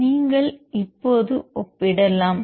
நீங்கள் இப்போது ஒப்பிடலாம்